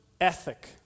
Ethic